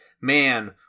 man